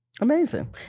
Amazing